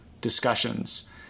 discussions